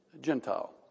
Gentile